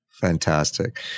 Fantastic